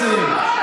שלו,